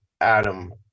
adam